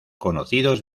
conocidos